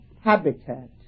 habitat